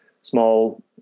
small